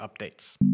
updates